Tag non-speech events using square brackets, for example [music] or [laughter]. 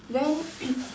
then [noise]